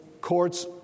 courts